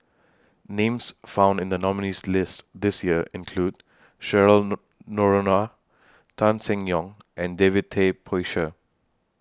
Names found in The nominees' list This Year include Cheryl Nor Noronha Tan Seng Yong and David Tay Poey Cher